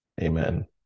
Amen